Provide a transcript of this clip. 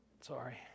Sorry